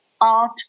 art